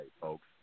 folks